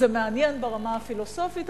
זה מעניין ברמה הפילוסופית,